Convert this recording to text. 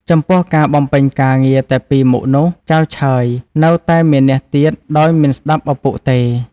ចំពោះការបំពេញការងារតែពីរមុខនោះ ចៅឆើយ នៅតែមានះទៀតដោយមិនស្តាប់ឪពុកទេ ។